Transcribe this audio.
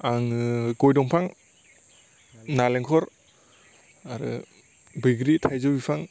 आङो गय दंफां नालेंखर आरो बैग्रि थाइजौ बिफां